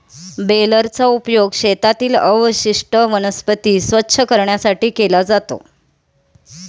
बेलरचा उपयोग शेतातील अवशिष्ट वनस्पती स्वच्छ करण्यासाठी केला जातो